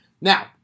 Now